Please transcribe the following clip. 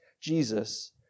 Jesus